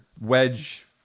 wedge